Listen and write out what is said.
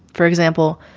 for example,